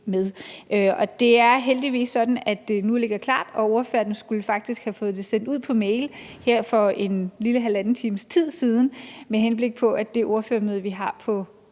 det er heldigvis sådan, at det nu ligger klart – og ordførerne skulle faktisk have fået det sendt ud på mail her for en lille halvanden times tid siden – så vi kan vende det på det ordførermøde, vi har på